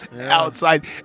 outside